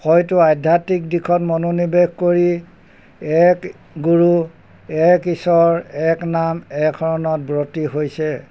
হয়তো আধ্যাত্মিক দিশত মনোনিৱেশ কৰি এক গুৰু এক ঈশ্বৰ এক নাম এক শৰণত ব্ৰতি হৈছে